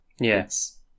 Yes